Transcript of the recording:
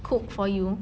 cook for you